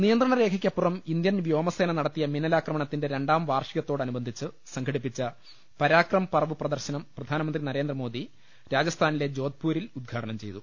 നിയന്ത്രണരേഖയ്ക്കപ്പുറം Indian വ്യോമസേന നടത്തിയ മിന്നലാക്രമണത്തിന്റെ രണ്ടാം വാർഷിക ത്തോടനുബന്ധിച്ച് സംഘടിപ്പിച്ച പരാക്രം പർവ് പ്രദർശനം പ്രധാനമന്ത്രി നരേന്ദ്രമോദി രാജസ്ഥാനിലെ ജോധ്പൂരിൽ ഉദ്ഘാടനം ചെയ്തു